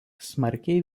smarkiai